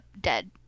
dead